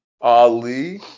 Ali